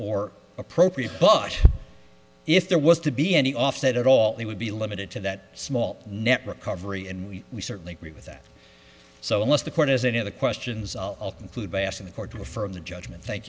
or appropriate but if there was to be any offset at all it would be limited to that small network coverage and we we certainly agree with that so unless the court has any other questions in food by asking the court to affirm the judgment thank